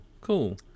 cool